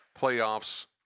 playoffs